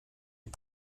die